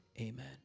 amen